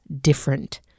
different